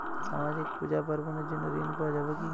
সামাজিক পূজা পার্বণ এর জন্য ঋণ পাওয়া যাবে কি?